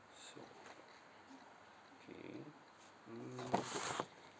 so okay mm